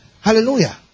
Hallelujah